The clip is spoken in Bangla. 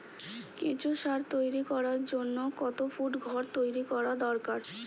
কেঁচো সার তৈরি করার জন্য কত ফুট ঘর তৈরি করা দরকার?